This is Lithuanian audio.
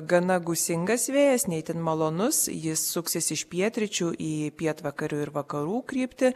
gana gūsingas vėjas ne itin malonus jis suksis iš pietryčių į pietvakarių ir vakarų kryptį